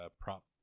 prop